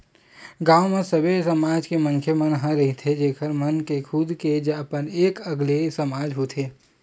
गाँव म सबे समाज के मनखे मन ह रहिथे जेखर मन के खुद के अपन एक अलगे समाज होथे